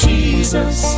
Jesus